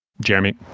Jeremy